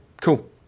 cool